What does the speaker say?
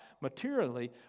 materially